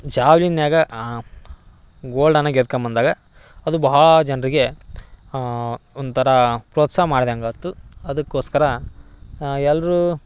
ಜಾವ್ಲಿನ್ನ್ಯಾಗ ಗೋಲ್ಡನ್ನ ಗೆದ್ಕಂಬಂದಾಗ ಅದು ಬಹಳ ಜನರಿಗೆ ಒಂಥರ ಪ್ರೋತ್ಸಾಹ ಮಾಡ್ದಂಗೆ ಆತು ಅದಕ್ಕೋಸ್ಕರ ಎಲ್ಲರೂ